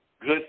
good